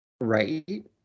right